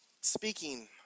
speaking